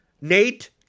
Nate